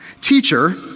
Teacher